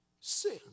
sin